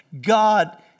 God